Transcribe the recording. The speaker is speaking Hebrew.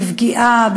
בפגיעה,